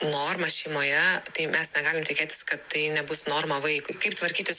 norma šeimoje tai mes negalim tikėtis kad tai nebus norma vaikui kaip tvarkytis